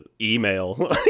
email